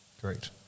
Great